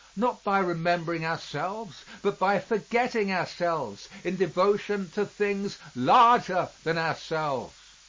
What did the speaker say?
not by remembering ourselves, but by forgetting ourselves in devotion to things larger than ourselves.